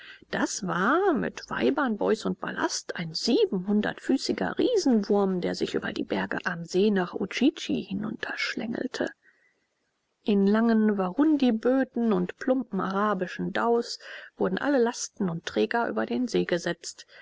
das war mit weibern boys und ballast ein siebenhundertfüßiger riesenwurm der sich über die berge am see nach udjidji hinunterschlängelte in langen warundiböten und plumpen arabischen dhaus wurden alle lasten und träger über den see gesetzt